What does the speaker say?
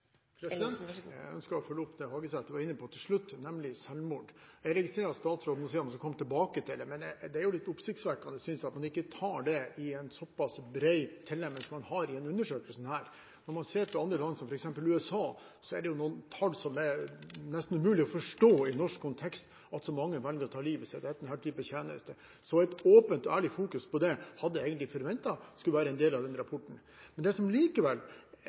Jeg ønsker å følge opp det Hagesæter var inne på til slutt, nemlig selvmord. Jeg registrerer at statsråden sier hun skal komme tilbake til det, men jeg synes det er litt oppsiktsvekkende at man ikke tar det med i en såpass brei tilnærming som man har i denne undersøkelsen. Når man ser på andre land, som f.eks. USA, ser man noen tall som er nesten umulig å forstå i norsk kontekst – det at så mange velger å ta livet sitt etter denne type tjeneste. Jeg hadde egentlig forventet at en åpen og ærlig oppmerksomhet på det skulle være en del av denne rapporten. Det som jeg likevel